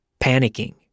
panicking